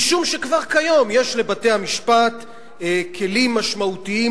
משום שכבר כיום יש לבתי-המשפט כלים משמעותיים